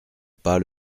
pas